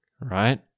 right